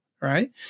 right